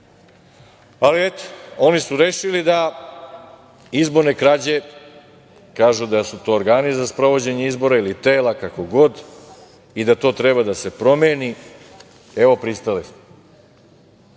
mestu. Eto, oni su rešili da, izborne krađe, kažu da su to organi za sprovođenje izbora ili tela, kako god, i da to treba da se promeni. Evo, pristali smo.